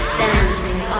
dancing